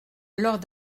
lors